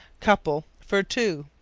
couple for two.